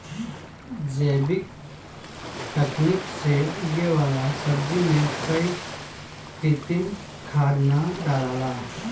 जैविक तकनीक से उगे वाला सब्जी में कोई कृत्रिम खाद ना डलाला